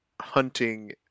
hunting